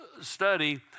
study